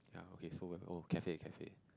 ya okay so went of cafe cafe